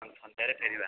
ଆଉ ସନ୍ଧ୍ୟାରେ ଫେରିବା